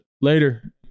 later